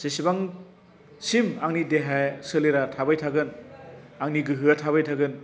जेसेबां सिम आंनि देहा सोलेरा थाबाय थागोन आंनि गोहोया थाबाय थागोन